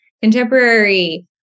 contemporary